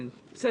אנחנו פותחים.